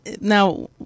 now